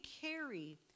carry